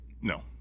no